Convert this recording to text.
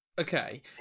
Okay